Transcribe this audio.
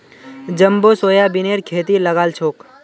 jumbo सोयाबीनेर खेती लगाल छोक